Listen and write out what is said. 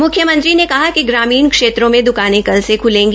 मुख्यमंत्री ने कहा कि ग्रामीण क्षेत्रों में दुकानें कल से खलेंगी